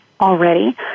already